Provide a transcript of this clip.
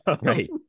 Right